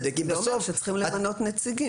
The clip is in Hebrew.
אומר שצריכים למנות נציגים.